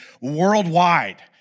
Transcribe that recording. worldwide